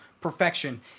perfection